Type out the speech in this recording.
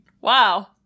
wow